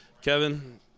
Kevin